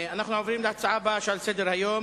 אנחנו עוברים לנושא הבא שעל סדר-היום,